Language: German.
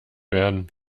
werden